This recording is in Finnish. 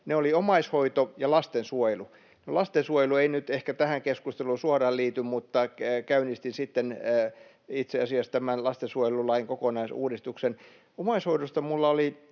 ne olivat omaishoito ja lastensuojelu. Lastensuojelu ei nyt ehkä tähän keskusteluun suoraan liity, mutta käynnistin sitten itse asiassa tämän lastensuojelulain kokonaisuudistuksen. Omaishoidosta minulla oli